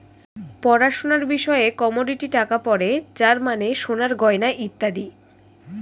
পড়াশোনার বিষয়ে কমোডিটি টাকা পড়ে যার মানে সোনার গয়না ইত্যাদি